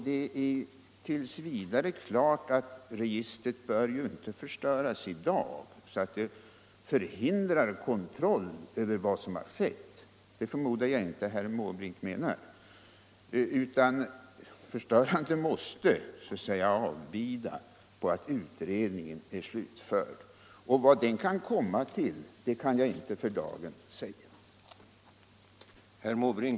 Det är t. v. klart att registret inte bör förstöras i dag, så att man förhindrar kontroll över vad som har sketu. Det förmodar jag att herr Måbrink inte menar. Förstörandet måste avbida utredningens slutförande, och jag kan inte för dagen säga vilket resultat den kan komma till.